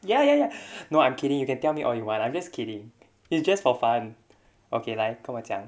ya ya ya no I'm kidding you can tell me all you want I'm just kidding it's just for fun okay 来跟我讲